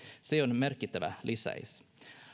se on merkittävä lisäys